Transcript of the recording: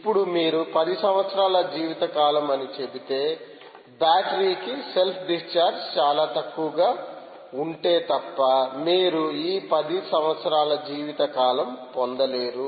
ఇప్పుడు మీరు 10 సంవత్సరాల జీవితకాలం అని చెబితేఎం బ్యాటరీ కి సెల్ఫ్ డిశ్చార్జ్ చాలా తక్కువగా ఉంటే తప్ప మీరు ఈ 10 సంవత్సరాల జీవితకాలం పొందలేరు